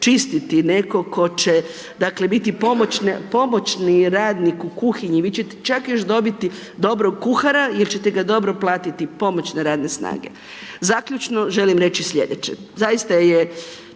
čistiti, netko tko će biti dakle pomoćni radnik u kuhinji, vi ćete čak još dobiti dobrog kuhara jer ćete ga dobro platiti. Pomoćne radne snage. Zaključno, želim reći sljedeće, zaista je